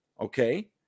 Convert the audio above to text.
okay